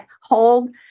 hold